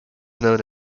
known